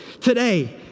today